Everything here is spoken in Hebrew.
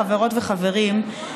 חברות וחברים,